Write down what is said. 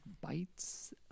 bites